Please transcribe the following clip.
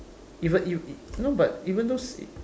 even no but even though S~